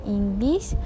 English